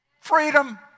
freedom